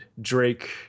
Drake